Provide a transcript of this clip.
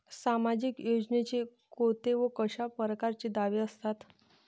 सामाजिक योजनेचे कोंते व कशा परकारचे दावे असतात?